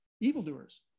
evildoers